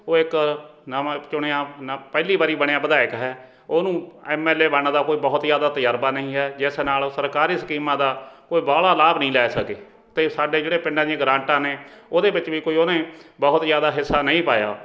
ਉਹ ਇੱਕ ਨਵਾਂ ਚੁਣਿਆ ਨ ਪਹਿਲੀ ਵਾਰੀ ਬਣਿਆ ਵਿਧਾਇਕ ਹੈ ਉਹਨੂੰ ਐੱਮ ਐੱਲ ਏ ਬਣਨ ਦਾ ਕੋਈ ਬਹੁਤ ਜ਼ਿਆਦਾ ਤਜ਼ਰਬਾ ਨਹੀਂ ਹੈ ਜਿਸ ਨਾਲ ਸਰਕਾਰੀ ਸਕੀਮਾਂ ਦਾ ਕੋਈ ਬਾਹਲਾ ਲਾਭ ਨਹੀਂ ਲੈ ਸਕੇ ਅਤੇ ਸਾਡੇ ਜਿਹੜੇ ਪਿੰਡਾਂ ਦੀਆਂ ਗਰਾਂਟਾਂ ਨੇ ਉਹਦੇ ਵਿੱਚ ਵੀ ਕੋਈ ਉਹਨੇ ਬਹੁਤ ਜ਼ਿਆਦਾ ਹਿੱਸਾ ਨਹੀਂ ਪਾਇਆ